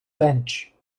bench